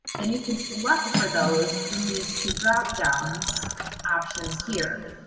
then you can select for those in these two dropdown options here.